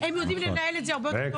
הן יודעות לנהל את זה הרבה יותר טוב.